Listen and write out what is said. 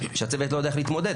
הצוות לא יודע להתמודד,